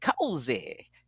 cozy